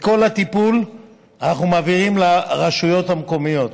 את כל הטיפול אנחנו מעבירים לרשויות המקומיות.